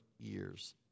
years